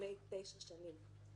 לפני תשע שנים.